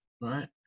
right